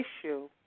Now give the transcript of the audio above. issue